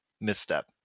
misstep